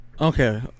Okay